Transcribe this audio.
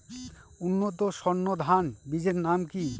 উন্নত সর্ন ধান বীজের নাম কি?